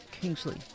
Kingsley